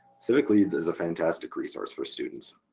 civicleads is a fantastic resource for students.